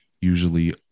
usually